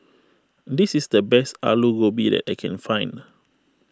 this is the best Alu Gobi that I can find